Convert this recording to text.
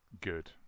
good